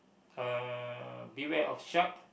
uh beware of shark